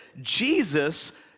Jesus